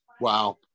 Wow